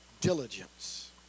diligence